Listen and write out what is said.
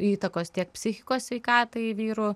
įtakos tiek psichikos sveikatai vyrų